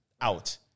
out